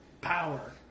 power